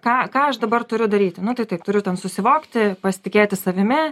ką ką aš dabar turiu daryti nu tai taip turiu ten susivokti pasitikėti savimi